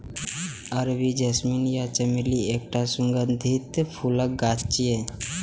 अरबी जैस्मीन या चमेली एकटा सुगंधित फूलक गाछ छियै